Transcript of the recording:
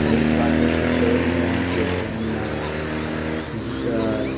बहुत बात होइ छै दौड़मे अहाँके स्टेमिना फिजिकल